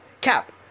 cap